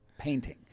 painting